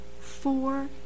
four